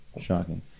Shocking